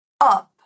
up